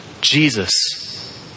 Jesus